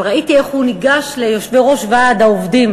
אבל ראיתי איך הוא ניגש ליושבי-ראש ועד העובדים